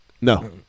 No